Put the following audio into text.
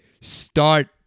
start